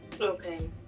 Okay